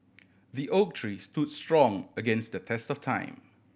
the oak tree stood strong against the test of time